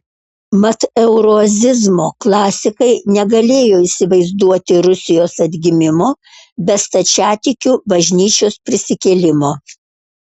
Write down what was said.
mat euroazizmo klasikai negalėjo įsivaizduoti rusijos atgimimo be stačiatikių bažnyčios prisikėlimo